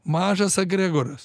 mažas egregoras